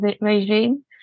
regime